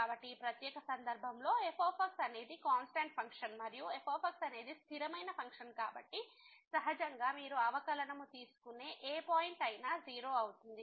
కాబట్టి ఈ ప్రత్యేక సందర్భంలో f అనేది కాన్స్టాంట్ ఫంక్షన్ మరియు f అనేది స్థిరమైన ఫంక్షన్ కాబట్టి సహజంగా మీరు అవకలనము తీసుకునే ఏ పాయింట్ అయినా 0 అవుతుంది